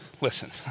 listen